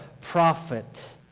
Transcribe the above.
prophet